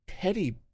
petty